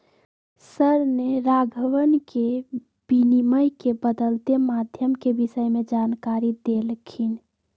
sir ने राघवन के विनिमय के बदलते माध्यम के विषय में जानकारी देल खिन